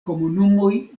komunumoj